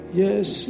yes